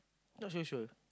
not so sure